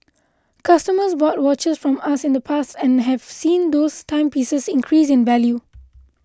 customers bought watches from us in the past and have seen those timepieces increase in value